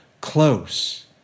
close